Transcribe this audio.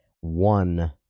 one